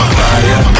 fire